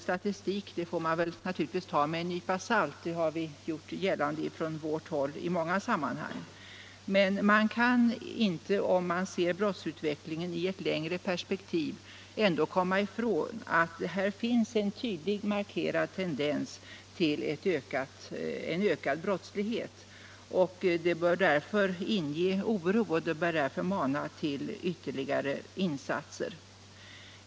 Statistik får man naturligtvis ta med en nypa salt — det har vi från vårt håll gjort gällande i många sammanhang. Men om man ser brottsutvecklingen i ett längre perspektiv kan man ändå inte komma ifrån att det finns en tydligt markerad tendens till ökad brottslighet. Den inger oro och bör mana till ytterligare insatser.